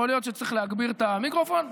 יכול להיות שצריך להגביר את המיקרופון?